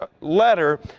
letter